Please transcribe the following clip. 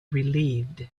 relieved